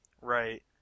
Right